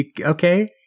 Okay